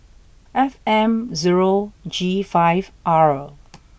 F M zero G five R